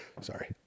Sorry